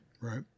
Right